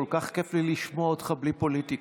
כל כך כיף לי לשמוע אותך בלי פוליטיקה.